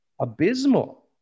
abysmal